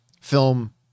film